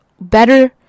better